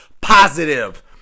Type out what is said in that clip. positive